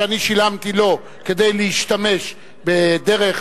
אני שילמתי לו כדי להשתמש בדרך